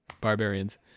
barbarians